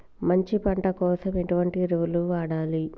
మంచి పంట కోసం ఎటువంటి ఎరువులు వాడాలి?